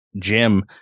Jim